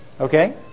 Okay